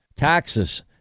Taxes